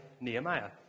Nehemiah